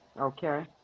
okay